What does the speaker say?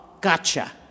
gotcha